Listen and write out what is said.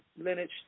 lineage